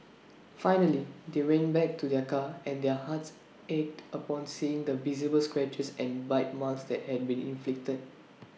finally they went back to their car and their hearts ached upon seeing the visible scratches and bite marks that had been inflicted